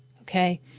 okay